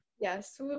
yes